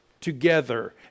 together